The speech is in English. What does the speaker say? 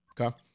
Okay